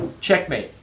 Checkmate